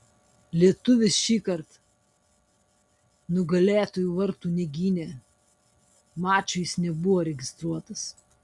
lietuvis šįkart nugalėtojų vartų negynė mačui jis nebuvo registruotas